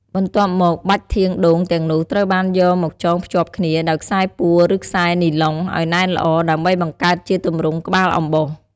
បន្ទាប់មកបាច់ធាងដូងទាំងនោះត្រូវបានយកមកចងភ្ជាប់គ្នាដោយខ្សែពួរឬខ្សែនីឡុង ឲ្យណែនល្អ ដើម្បីបង្កើតជាទម្រង់ក្បាលអំបោស។